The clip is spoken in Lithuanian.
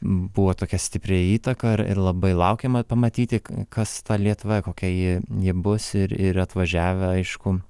buvo tokia stipri įtaka ir ir labai laukiama pamatyti kas ta lietuva kokia ji ji bus ir ir atvažiavę aišku